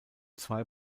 zwei